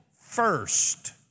first